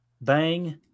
bang